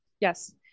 Yes